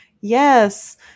Yes